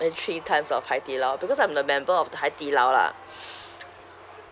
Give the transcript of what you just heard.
went three times of haidilao because I'm the member of the haidilao lah